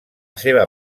seva